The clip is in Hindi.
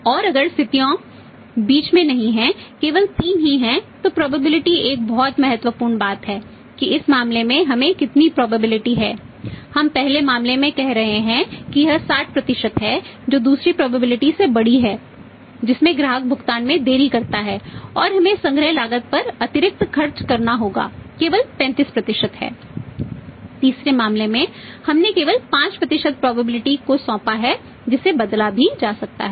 और अगर स्थितियों बीच में नहीं हैं केवल 3 ही हैं तो प्रोबेबिलिटी को सौंपा है जिसे बदला भी जा सकता है